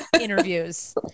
interviews